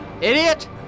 Idiot